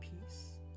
peace